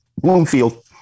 Bloomfield